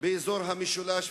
באזור המשולש,